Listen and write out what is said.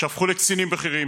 שהפכו לקצינים בכירים,